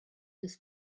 this